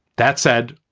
that said,